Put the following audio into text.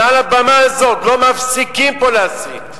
מעל הבמה הזאת לא מפסיקים פה להסית.